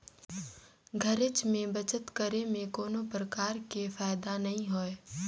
घरेच में बचत करे में कोनो परकार के फायदा नइ होय